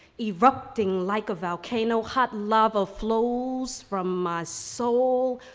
erupting like a volcano. hot lava flows from my soul,